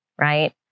Right